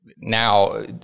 now